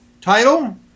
title